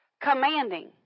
Commanding